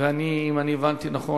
ואם אני הבנתי נכון,